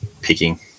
picking